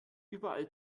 überall